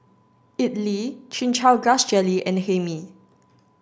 Idly Chin Chow Grass Jelly and Hae Mee